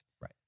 Right